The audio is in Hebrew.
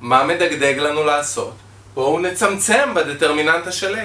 מה מדגדג לנו לעשות? בואו נצמצם בדטרמיננטה של A